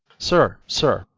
sir, sir,